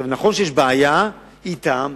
נכון שיש בעיה אתם,